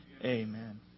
Amen